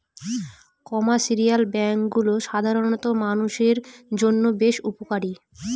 commercial ব্যাঙ্কগুলো সাধারণ মানষের জন্য বেশ উপকারী